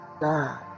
God